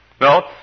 No